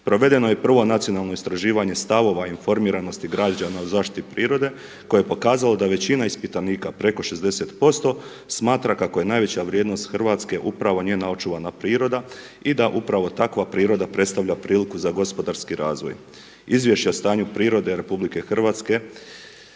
Provedeno je i prvo nacionalno istraživanje stavova informiranosti građana o zaštiti prirode koje je pokazalo da većina ispitanika preko 60% smatra kako je najveća vrijednost Hrvatske upravo njena očuvana priroda i da upravo takva priroda predstavlja priliku za gospodarski razvoj. Izvješće o stanju prirode RH služilo je